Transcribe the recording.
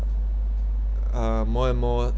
uh more and more